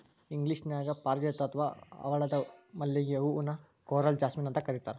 ಇಂಗ್ಲೇಷನ್ಯಾಗ ಪಾರಿಜಾತ ಅತ್ವಾ ಹವಳದ ಮಲ್ಲಿಗೆ ಹೂ ನ ಕೋರಲ್ ಜಾಸ್ಮಿನ್ ಅಂತ ಕರೇತಾರ